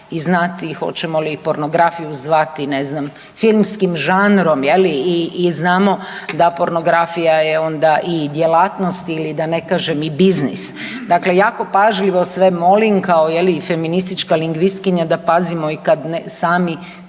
i znati hoćemo li pornografiju zvati ne znam filmskim žanrom i znamo da pornografija je onda i djelatnost ili da ne kažem i biznis. Dakle, jako pažljivo sve molim kao je li i feministička lingvistkinja da pazimo i kad sami